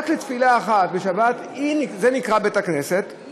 רק לתפילה אחת, בשבת, זה נקרא בית-כנסת.